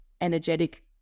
energetic